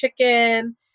chicken